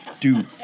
Dude